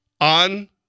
On